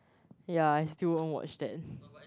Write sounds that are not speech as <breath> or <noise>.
ya I still won't watch that <breath>